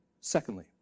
Secondly